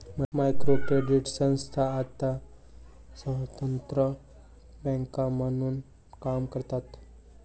micro credit संस्था आता स्वतंत्र बँका म्हणून काम करतात